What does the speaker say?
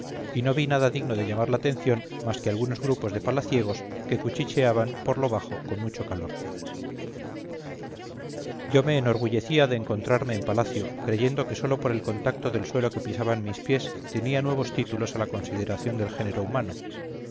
y no vi nada digno de llamar la atención más que algunos grupos de palaciegos que cuchicheaban por lo bajo con mucho calor yo me enorgullecía de encontrarme en palacio creyendo que sólo por el contacto del suelo que pisaban mis pies tenía nuevos títulos a la consideración del género humano